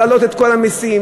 להעלות את כל המסים,